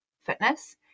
Fitness